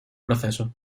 proceso